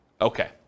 Okay